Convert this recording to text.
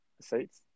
Seats